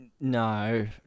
No